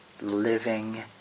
living